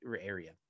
area